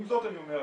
עם זאת אני אומר,